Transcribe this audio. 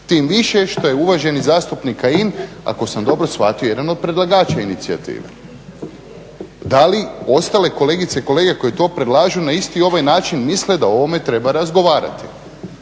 Tim više što je uvaženi zastupnik Kajin, ako sam dobro shvatio, jedan od predlagača inicijative. Da li ostale kolegice i kolege koji to predlažu na isti ovaj način misle da o ovome treba razgovarati?